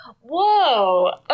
Whoa